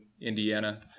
Indiana